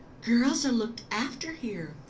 girls are looked after here.